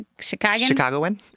Chicagoan